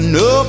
no